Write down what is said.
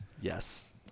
yes